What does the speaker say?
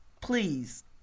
Please